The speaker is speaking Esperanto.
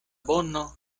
bono